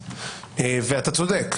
ואתה צודק.